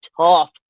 tough